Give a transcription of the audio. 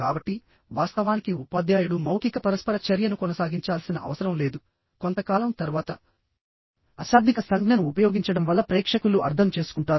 కాబట్టి వాస్తవానికి ఉపాధ్యాయుడు మౌఖిక పరస్పర చర్యను కొనసాగించాల్సిన అవసరం లేదు కొంతకాలం తర్వాత అశాబ్దిక సంజ్ఞను ఉపయోగించడం వల్ల ప్రేక్షకులు అర్థం చేసుకుంటారు